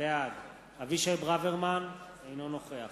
בעד אבישי ברוורמן, אינו נוכח